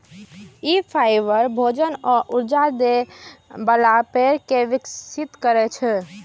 ई fibre, भोजन आ ऊर्जा दै बला पेड़ कें विकसित करै छै